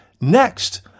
next